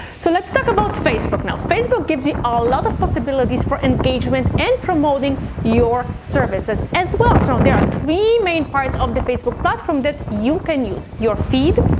so let's talk about facebook now. facebook gives you ah a lot of possibilities for engagement and promoting your services as well. so there are three main parts of the facebook platform that you can use. your feed,